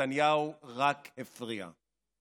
ונתניהו רק הפריע.